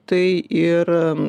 tai ir